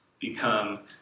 become